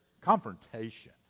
confrontation